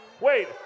Wait